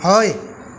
হয়